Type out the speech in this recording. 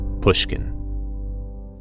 Pushkin